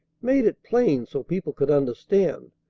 made it plain so people could understand,